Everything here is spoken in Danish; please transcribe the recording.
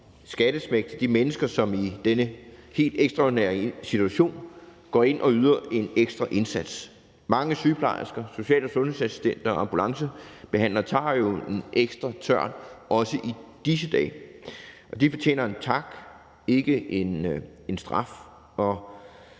skattesmæk til de mennesker, som i den helt ekstraordinære situation gik ind og ydede en ekstra indsats. Mange sygeplejersker, social- og sundhedsassistenter, ambulancebehandlere tager jo en ekstra tørn, også i disse dage, og de fortjener en tak, ikke en straf.